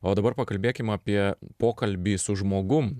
o dabar pakalbėkim apie pokalbį su žmogum